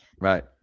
right